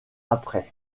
après